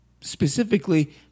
specifically